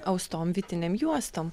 austom vytinėm juostom